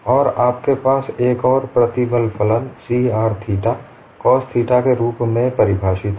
और आपके पास एक और प्रतिबल फलन C r theta cos theta के रूप में परिभाषित है